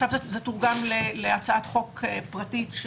עכשיו זה תורגם להצעת חוק פרטית,